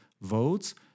votes